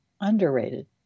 Underrated